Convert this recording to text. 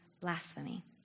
blasphemy